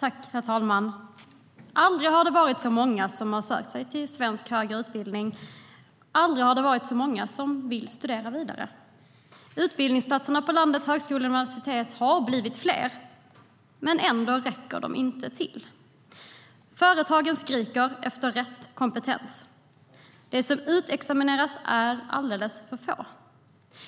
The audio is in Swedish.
Herr talman! Aldrig har det varit så många som sökt sig till svensk högre utbildning, och aldrig har det varit så många som vill studera vidare. Utbildningsplatserna på landets högskolor och universitet har blivit fler, men ändå räcker de inte till. Företagen skriker efter rätt kompetens. De som utexamineras är alldeles för få.